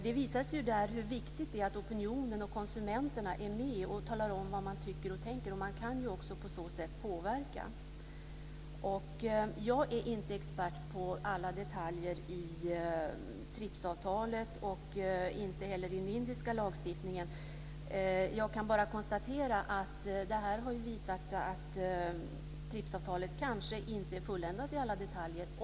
Det visade sig där hur viktigt det är att opinionen och konsumenterna är med och talar om vad de tycker och tänker. Man kan ju också på så sätt påverka. Jag är inte expert på alla detaljer i TRIPS-avtalet och inte heller i den indiska lagstiftningen. Jag kan bara konstatera att detta har visat att TRIPS-avtalet kanske inte är fulländat i alla detaljer.